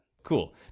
Cool